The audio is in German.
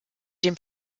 dem